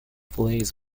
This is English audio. plays